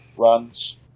runs